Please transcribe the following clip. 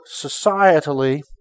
societally